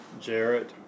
Jarrett